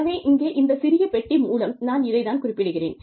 எனவே இங்கே இந்த சிறிய பெட்டி மூலம் நான் இதைத் தான் குறிப்பிடுகிறேன்